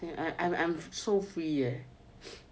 I'm so free leh